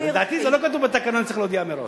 לדעתי לא כתוב בתקנון שצריך להודיע מראש.